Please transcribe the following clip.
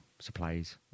supplies